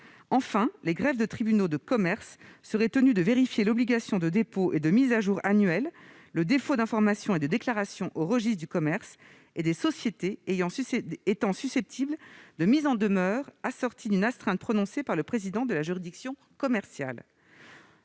Enfin, les greffes des tribunaux de commerce sont tenus de vérifier l'obligation de dépôt et de mise à jour annuelle, le défaut d'information et de déclaration au registre du commerce et des sociétés étant susceptible d'une mise en demeure assortie d'une astreinte prononcée par le président de la juridiction commerciale.